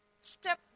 step